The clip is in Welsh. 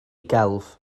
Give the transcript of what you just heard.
gelf